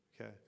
Okay